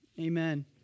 Amen